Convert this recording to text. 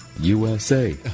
USA